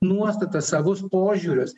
nuostatas savus požiūrius